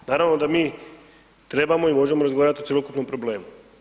Naravno da mi trebamo i možemo razgovarati o cjelokupnom problemu.